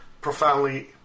profoundly